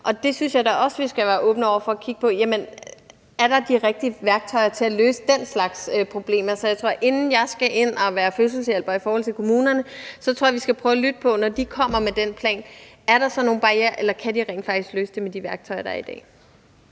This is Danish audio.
der synes jeg da også, vi skal være åbne over for at kigge på, om vi har de rigtige værktøjer til at løse den slags problemer. Jeg tror, at inden jeg skal ind og være fødselshjælper i forhold til kommunerne, så skal vi, når de kommer med den plan, prøve at lytte på, om der er nogle barrierer, eller om de rent faktisk kan løse det med de værktøjer, der er i dag.